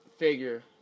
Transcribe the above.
figure